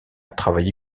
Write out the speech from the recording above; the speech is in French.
travaillé